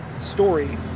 story